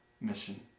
mission